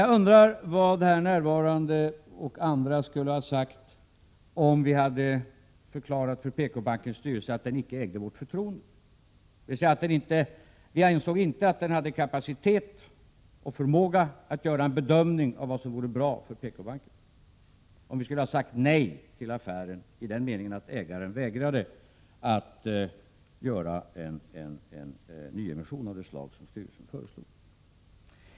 Jag undrar vad här närvarande och andra skulle ha sagt om regeringen förklarat för PKbankens styrelse att den inte ägde regeringens förtroende, dvs. att regeringen inte ansåg att styrelsen hade kapacitet och förmåga att göra en bedömning av vad som vore bra för PKbanken, om regeringen alltså hade sagt nej till affären i den meningen att ägaren vägrade att göra en nyemission av det slag som styrelsen föreslog.